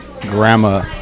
Grandma